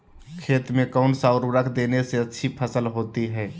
खेत में कौन सा उर्वरक देने से अच्छी फसल होती है?